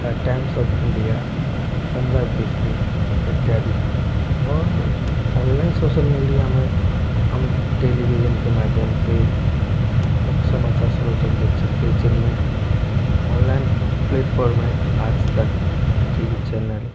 the times of India Punjab Kesari इत्यादि और online social media में हम टेलीविजन के माध्यम से मुख्य समाचार स्रोतों को देख सकते हैं जिन में ऑनलाइन प्लेटफॉर्म है Aaj Tak T V channel